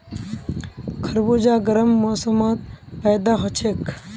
खरबूजा गर्म मौसमत पैदा हछेक